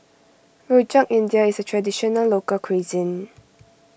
Rojak India is a Traditional Local Cuisine